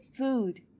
Food